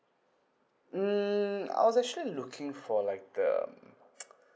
mm I was actually looking for like um